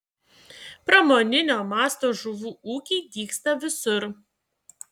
pramoninio masto žuvų ūkiai dygsta visur